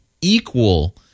equal